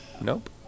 Nope